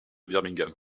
birmingham